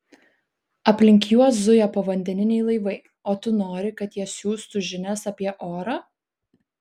aplink juos zuja povandeniniai laivai o tu nori kad jie siųstų žinias apie orą